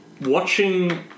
watching